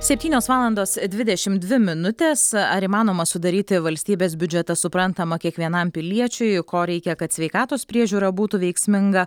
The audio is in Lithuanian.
septynios valandos dvidešimt dvi minutės ar įmanoma sudaryti valstybės biudžetą suprantama kiekvienam piliečiui ko reikia kad sveikatos priežiūra būtų veiksminga